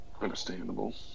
understandable